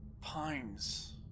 pines